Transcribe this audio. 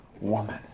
woman